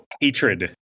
hatred